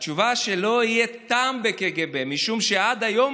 התשובה שלא יהיה טעם בקג"ב משום שעד היום